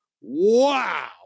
wow